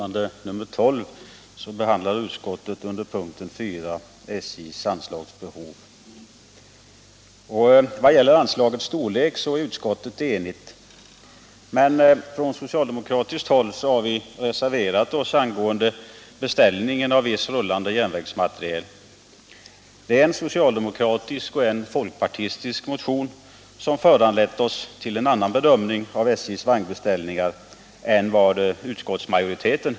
När det gäller anslagets storlek är utskottet enigt. Men från socialdemokratiskt håll har vi reserverat oss angående beställningen av viss rullande järnvägsmateriel. Det är en socialdemokratisk och en folkpartimotion som föranlett oss att göra en annan bedömning av SJ:s vagnbeställningar än utskottsmajoriteten.